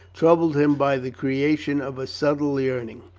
troubled him by the creation of a subtle yearning,